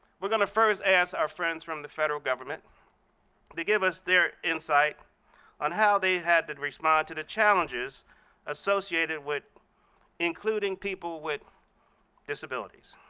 we're going to first ask our friends from the federal government to give us their insight on how they had to respond to the challenges associated with including people with disabilities.